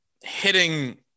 hitting